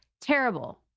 terrible